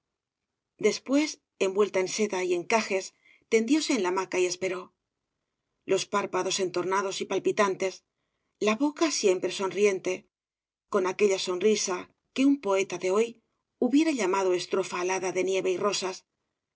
después envuelta en seda y eneaobras de valle inclan jes tendióse en la hamaca y esperó los párpados entornados y palpitantes la boca siempre sonriente con aquella sonrisa que un poeta de hoy hubiera llamado estrofa alada de nieve y rosas